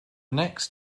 next